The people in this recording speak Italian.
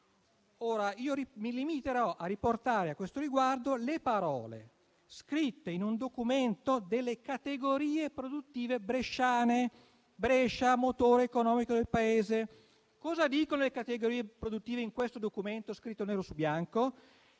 crescita? Mi limiterò a riportare a questo riguardo le parole scritte in un documento delle categorie produttive bresciane (parliamo di Brescia, motore economico del Paese). Cosa dicono le categorie produttive in questo documento scritto nero su bianco?